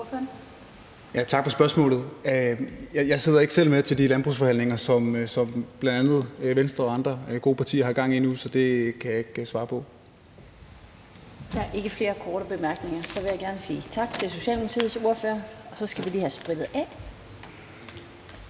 Tak for spørgsmålet. Jeg sidder ikke selv med ved de landbrugsforhandlinger, som bl.a. Venstre og andre gode partier har gang i nu, så det kan jeg ikke svare på.